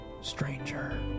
stranger